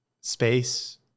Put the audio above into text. space